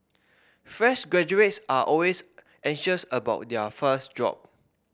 fresh graduates are always anxious about their first job